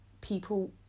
people